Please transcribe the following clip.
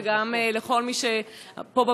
ולכל מי שפה,